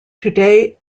today